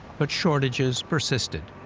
but shortages persisted,